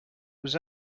was